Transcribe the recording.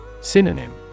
Synonym